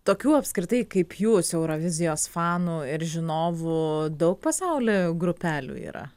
tokių apskritai kaip jūs eurovizijos fanų ir žinovų daug pasauly grupelių yra